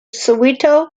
soweto